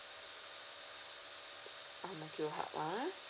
ang mo kio hub lah ah